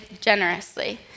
generously